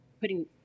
putting